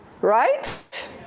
Right